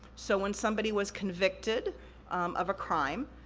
so, when somebody was convicted of a crime,